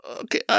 okay